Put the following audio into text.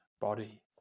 body